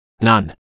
None